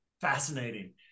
fascinating